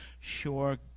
sure